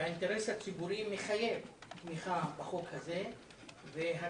והאינטרס הציבורי מחייב תמיכה בחוק הזה והצבעה